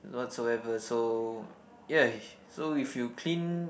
whatsoever so ya so if you clean